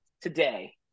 today